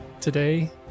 today